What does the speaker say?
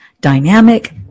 dynamic